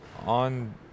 on